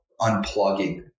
unplugging